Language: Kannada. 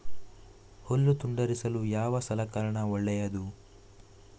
ಹುಲ್ಲು ತುಂಡರಿಸಲು ಯಾವ ಸಲಕರಣ ಒಳ್ಳೆಯದು?